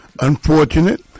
unfortunate